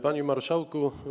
Panie Marszałku!